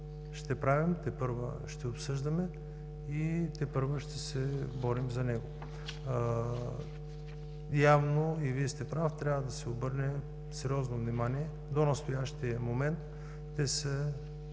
ще правим, тепърва ще обсъждаме и тепърва ще се борим за него. Явно и Вие сте прав. Трябва да се обърне сериозно внимание – до настоящия момент